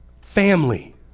Family